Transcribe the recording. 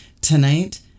tonight